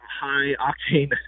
high-octane